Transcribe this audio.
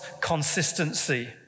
consistency